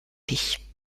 dich